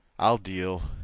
i'll deal.